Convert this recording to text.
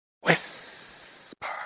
whisper